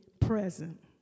present